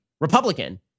Republican